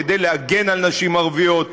כדי להגן על נשים ערביות?